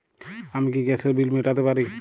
আমি কি গ্যাসের বিল মেটাতে পারি?